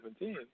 2017